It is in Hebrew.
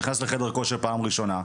נכנס לחדר כושר פעם ראשונה,